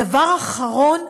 דבר אחרון,